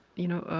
you know,